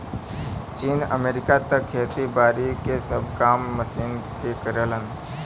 चीन, अमेरिका त खेती बारी के सब काम मशीन के करलन